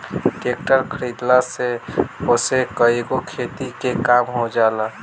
tractor खरीदला से ओसे कईगो खेती के काम हो जाला